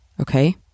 Okay